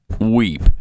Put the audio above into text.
weep